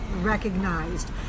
recognized